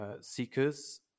seekers